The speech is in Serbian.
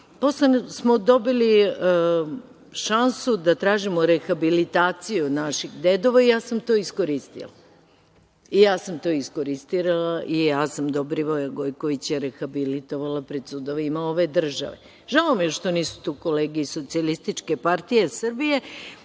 posle smo dobili šansu da tražimo rehabilitaciju naših dedova i ja sam to iskoristila. Ja sam to iskoristila i ja sam Dobrivoja Gojkovića rehabilitovala pred sudovima ove države. Žao mi je što nisu tu kolege iz Socijalističke partije Srbije,